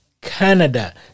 Canada